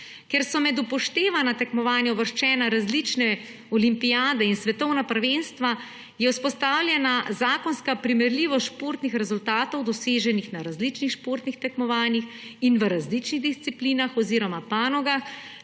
Ker so med upoštevana tekmovanja uvrščene različne olimpijade in svetovna prvenstva, je vzpostavljena zakonska primerljivost športnih rezultatov, doseženih na različnih športnih tekmovanjih in v različnih disciplinah oziroma panogah,